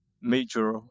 major